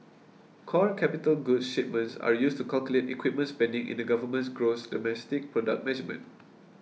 core capital goods shipments are used to calculate equipment spending in the government's gross domestic product measurement